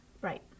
Right